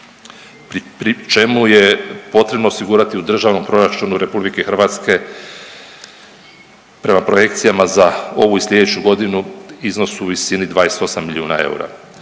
pri čemu je potrebno osigurati u Državnom proračunu RH prema projekcijama za ovu i slijedeću godinu iznos u visini 28 milijuna eura.